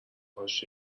هاش